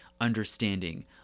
understanding